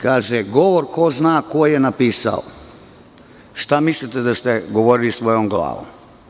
Kaže – govor, koji ko zna ko je napisao, šta mislite da ste govorili svojom glavom.